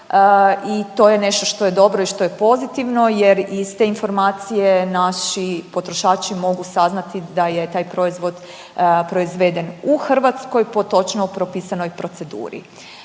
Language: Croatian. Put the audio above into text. i to je nešto što je dobro i što je pozitivno jer iz te informacije naši potrošači mogu saznati da je taj proizvod proizveden u Hrvatskoj po točno propisanoj proceduri.